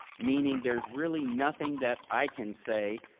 meaning there's really nothing that i can say,